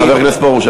חבר הכנסת פרוש,